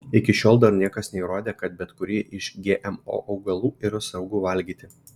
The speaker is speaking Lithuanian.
iki šiol dar niekas neįrodė kad bet kurį iš gmo augalų yra saugu valgyti